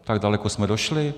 Tak daleko jsme došli?